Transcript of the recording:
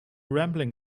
rambling